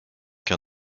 cas